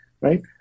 right